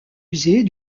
user